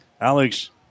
Alex